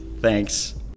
Thanks